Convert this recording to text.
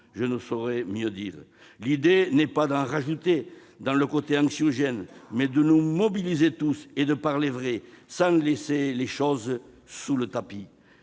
Je ne saurais mieux dire. Il ne s'agit pas d'en rajouter dans le registre anxiogène, mais de nous mobiliser tous et de parler vrai, sans laisser les problèmes sous le tapis.